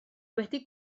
wedi